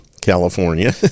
california